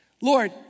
Lord